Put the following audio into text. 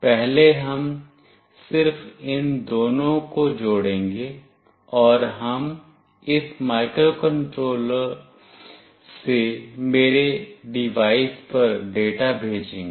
पहले हम सिर्फ इन दोनों को जोड़ेंगे और हम इस माइक्रोकंट्रोलर से मेरे डिवाइस पर डेटा भेजेंगे